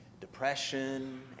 depression